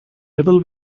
devil